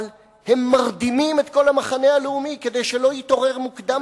אבל הם מרדימים את כל המחנה הלאומי כדי שלא יתעורר מוקדם מדי,